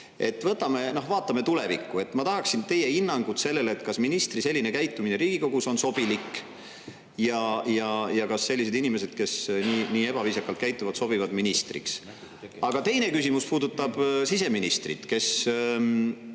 vaatame tulevikku. Ma tahaksin teie hinnangut sellele, kas ministri selline käitumine Riigikogus on sobilik ja kas sellised inimesed, kes nii ebaviisakalt käituvad, sobivad ministriks. Aga teine küsimus puudutab siseministrit, kes